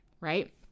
right